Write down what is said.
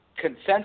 consensus